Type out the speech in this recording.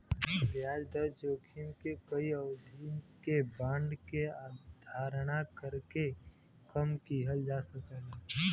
ब्याज दर जोखिम के कई अवधि के बांड के धारण करके कम किहल जा सकला